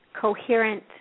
coherent